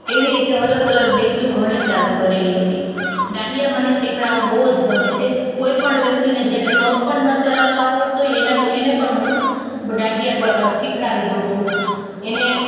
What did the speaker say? એવી રીતે અલગ અલગ બેંચું ઘણી ચાલુ કરેલી હતી ડાંડિયા મને શિખવાડવા બહુ જ ગમે છે કોઈપણ વ્યક્તિને જેને પગ પણ ન ચલાવતા આવડતો હોયને એને એને પણ હું ડાંડિયા શિખવાડી દઉં છું એને